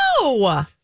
No